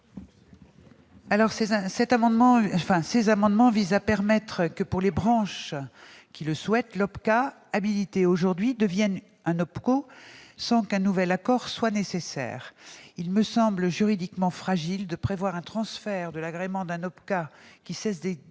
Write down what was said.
? Ces amendements prévoient que, pour les branches qui le souhaitent, l'OPCA aujourd'hui habilité devienne un OPCO sans qu'un nouvel accord soit nécessaire. Il me semble juridiquement fragile de prévoir un transfert de l'agrément d'un OPCA qui cesse d'exister